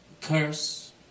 Curse